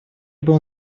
был